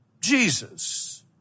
Jesus